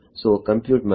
so compute ಮಾಡಿ